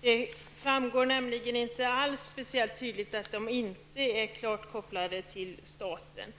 Det framgår inte alls speciellt tydligt att SKB inte är klart kopplat till staten.